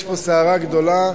יש פה סערה גדולה,